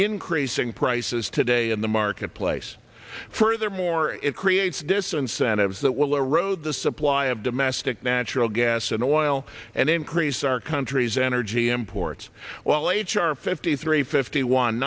increasing prices today in the marketplace furthermore it creates disincentives that will erode the supply of domestic natural gas and oil and increase our country's energy imports while h r fifty three fifty one